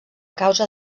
causa